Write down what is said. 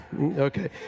Okay